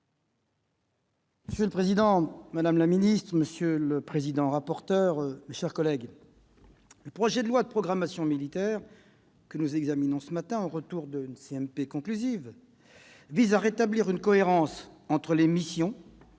Monsieur le président, madame la ministre, monsieur le président-rapporteur, mes chers collègues, le projet de loi de programmation militaire que nous examinons ce matin, au retour d'une commission mixte paritaire conclusive, vise à rétablir une cohérence entre les missions,